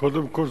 קודם כול,